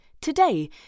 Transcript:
today